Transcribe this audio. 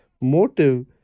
motive